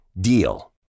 DEAL